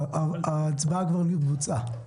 ההצבעה כבר התבצעה.